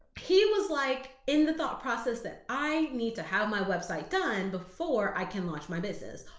he was like in the thought process that i need to have my website done before i can launch my business.